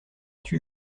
tue